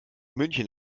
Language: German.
münchen